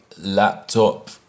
laptop